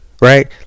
Right